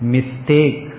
Mistake